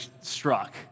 struck